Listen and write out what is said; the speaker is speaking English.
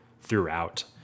throughout